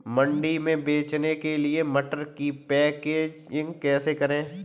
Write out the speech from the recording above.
मंडी में बेचने के लिए मटर की पैकेजिंग कैसे करें?